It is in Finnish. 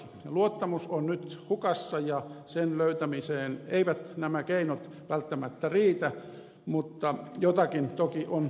ja luottamus on nyt hukassa ja sen löytämiseen eivät nämä keinot välttämättä riitä mutta jotakin toki on tehtävä